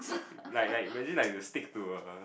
like like imagine like you stick to a